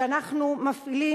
שאנחנו מפעילים,